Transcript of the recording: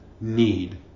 need